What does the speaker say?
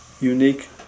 unique